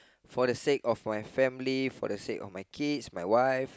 for the sake of my family for the sake of my kids my wife